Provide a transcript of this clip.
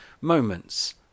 moments